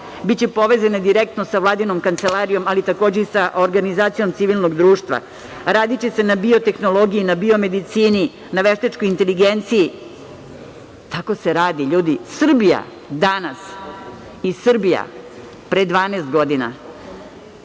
biće povezane direktno sa vladinom kancelarijom, ali takođe i sa organizacijom civilnog društva. Radiće se na biotehnologiji, na biomedicini, na veštačkoj inteligenciji. Tako se radi, ljudi. Srbija danas i Srbija pre 12 godina,